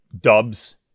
Dubs